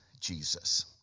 Jesus